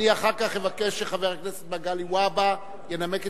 אחר כך אבקש שחבר הכנסת מגלי והבה ינמק את